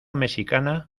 mexicana